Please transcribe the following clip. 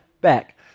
back